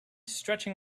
stretching